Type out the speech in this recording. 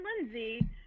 Lindsay